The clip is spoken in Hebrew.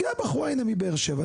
הגיעה בחורה הנה מבאר שבע,